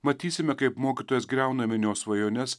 matysime kaip mokytojas griauna minios svajones